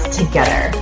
together